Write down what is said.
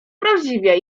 prawdziwie